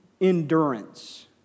endurance